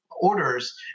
orders